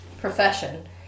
profession